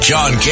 John